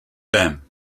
them